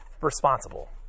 responsible